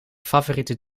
favoriete